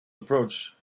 approach